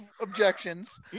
objections